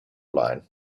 line